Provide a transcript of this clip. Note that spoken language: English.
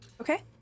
Okay